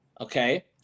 okay